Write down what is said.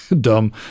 dumb